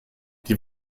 die